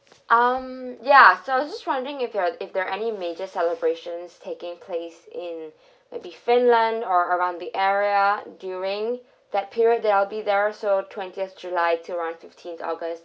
um ya so I was just wondering if there if there are any major celebrations taking place in be finland or around the area during that period that I'll be there so twentieth july to around fifteenth august